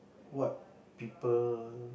what people